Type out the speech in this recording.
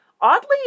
Oddly